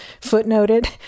footnoted